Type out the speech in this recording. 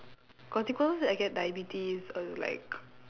consequence I get diabetes err like